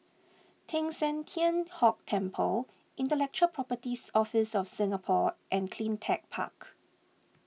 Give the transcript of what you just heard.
Teng San Tian Hock Temple Intellectual Properties Office of Singapore and CleanTech Park